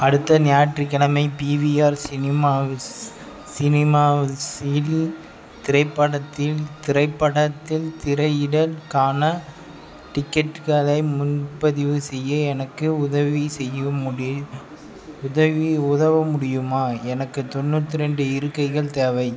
அடுத்த ஞாயிற்றுக்கிழமை PVR cinemas சினிமாவுஸ்ஸில் திரைப்படத்தில் திரைப்படத்தில் திரையிடலுக்கான டிக்கெட்டுகளை முன்பதிவு செய்ய எனக்கு உதவி செய்ய முடியு உதவி உதவ முடியுமா எனக்கு தொண்ணூற்று ரெண்டு இருக்கைகள் தேவை